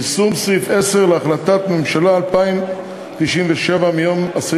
יישום סעיף 10 להחלטת הממשלה 2097 מיום 10